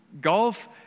golf